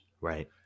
Right